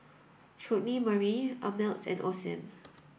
Chutney Mary Ameltz and Osim